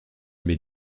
m’est